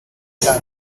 term